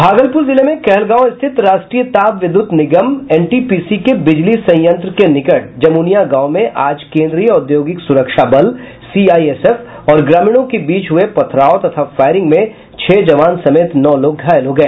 भागलपुर जिले में कहलगांव स्थित राष्ट्रीय ताप विद्युत निगम एनटीपीसी के बिजली संयंत्र के निकट जमुनियां गांव में आज केंद्रीय औद्योगिक सुरक्षा बल सीआईएसएफ और ग्रामीणों के बीच हुए पथराव तथा फायरिंग में छह जवान समेत नौ लोग घायल हो गए